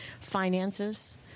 finances